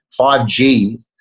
5G